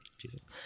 Jesus